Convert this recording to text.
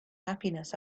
happiness